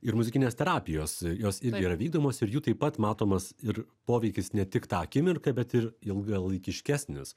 ir muzikinės terapijos jos irgi yra vykdomos ir jų taip pat matomas ir poveikis ne tik tą akimirką bet ir ilgalaikiškesnis